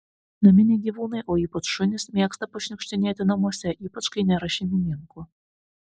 naminiai gyvūnai o ypač šunys mėgsta pašniukštinėti namuose ypač kai nėra šeimininkų